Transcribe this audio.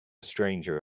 stranger